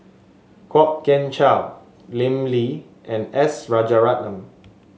Kwok Kian Chow Lim Lee and S Rajaratnam